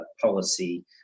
policy